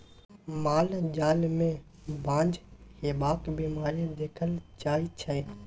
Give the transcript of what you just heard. माल जाल मे बाँझ हेबाक बीमारी देखल जाइ छै